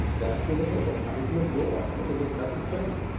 then i see the bishop coming from the door with his impressive train.